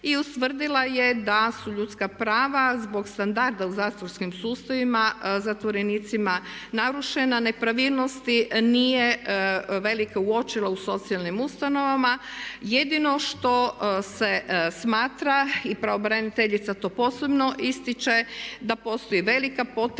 i ustvrdila je da su ljudska prava zbog standarda u zatvorskim sustavima zatvorenicima narušena. Nepravilnosti nije velike uočila u socijalnim ustanovama. Jedino što se smatra i pravobraniteljica to posebno ističe da postoji velika potreba